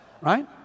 Right